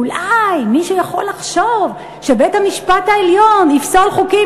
אולי מישהו יכול לחשוב שבית-המשפט העליון יפסול חוקים.